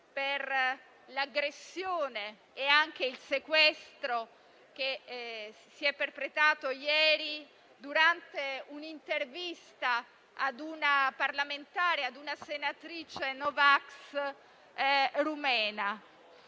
per l'aggressione e il sequestro perpetrati ieri durante l'intervista a una parlamentare, una senatrice no vax rumena.